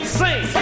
sing